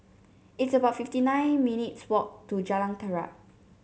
it's about fifty nine minutes' walk to Jalan Terap